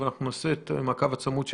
אבל אנחנו נעשה את המעקב הצמוד שבנגד.